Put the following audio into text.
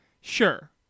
Sure